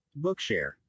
Bookshare